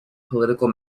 political